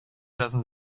lassen